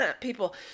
people